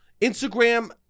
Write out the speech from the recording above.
Instagram